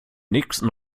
nächsten